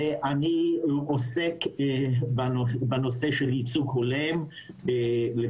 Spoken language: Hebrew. ואני עוסק בנושא של ייצוג הולם לכלל